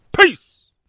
Peace